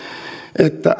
että